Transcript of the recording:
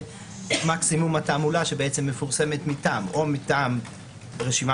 את מקסימום התעמולה שמפורסמת מטעם או מטעם רשימה